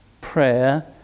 prayer